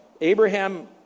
Abraham